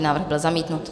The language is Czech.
Návrh byl zamítnut.